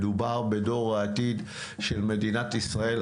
מדובר בדור העתיד של מדינת ישראל,